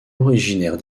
originaire